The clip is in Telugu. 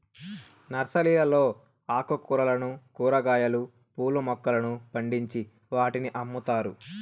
నర్సరీలలో ఆకుకూరలను, కూరగాయలు, పూల మొక్కలను పండించి వాటిని అమ్ముతారు